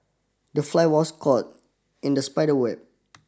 the fly was caught in the spider web